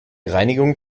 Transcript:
reinigung